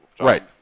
Right